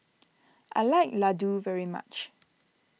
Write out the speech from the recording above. I like Ladoo very much